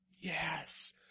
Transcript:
Yes